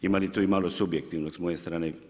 Ima li tu i malo subjektivnog s moje strane?